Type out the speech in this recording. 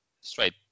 straight